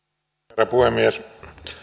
herra puhemies